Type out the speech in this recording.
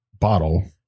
bottle